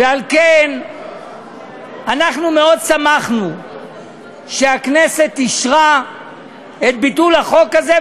ועל כן אנחנו מאוד שמחנו שהכנסת אישרה את ביטול החוק הזה,